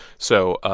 so, ah